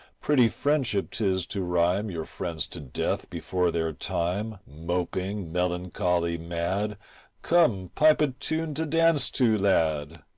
pretty friendship tis to rhyme your friends to death before their time moping melancholy mad come, pipe a tune to dance to, lad.